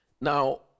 Now